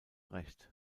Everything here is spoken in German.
recht